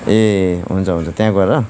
ए हुन्छ हुन्छ त्यहाँ गएर